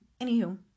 Anywho